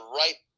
right